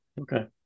Okay